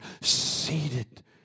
seated